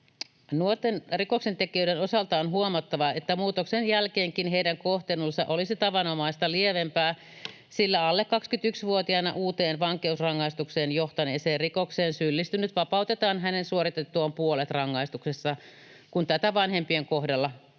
Nuorten rikoksentekijöiden osalta on huomattavaa, että muutoksen jälkeenkin heidän kohtelunsa olisi tavanomaista lievempää, sillä alle 21-vuotiaana uuteen vankeusrangaistukseen johtaneeseen rikokseen syyllistynyt vapautetaan hänen suoritettuaan puolet rangaistuksesta, kun tätä vanhempien kohdalla tulee